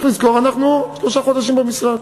יש לזכור, אנחנו שלושה חודשים במשרד.